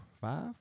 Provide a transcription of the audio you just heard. five